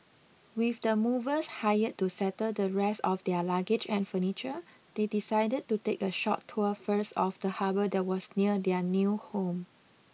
with the movers hired to settle the rest of their luggage and furniture they decided to take a short tour first of the harbour that was near their new home